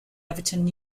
everton